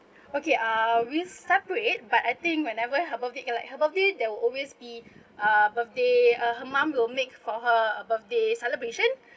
okay uh we separate but I think whenever her birthday it like her birthday there will always be uh birthday uh her mum will make for her a birthday celebration